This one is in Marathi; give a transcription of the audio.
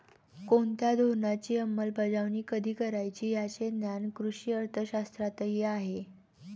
कोणत्या धोरणाची अंमलबजावणी कधी करायची याचे ज्ञान कृषी अर्थशास्त्रातही आहे